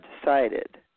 decided